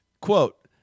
Quote